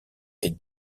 est